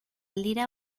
lira